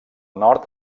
nord